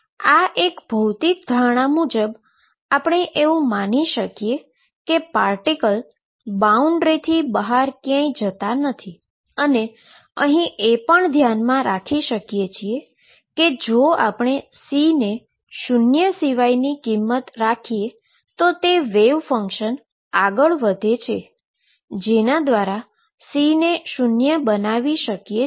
આમ ભૌતિક ધારણા મુજબ આપણે એવુ માની શકીએ કે પાર્ટીકલ બાઉન્ડ્રીથી બહાર ક્યાંય જઈ શકે નહી અને એ પણ અહીં ધ્યાનમાં રાખી શકીએ કે જો આપણે C ને શુન્ય સિવાયની કોઈ કિંમત રાખીએ તો તે વેવ ફંક્શન આગળ વધે છે જેના દ્વારા C ને શુન્ય બનાવી શકીએ છીએ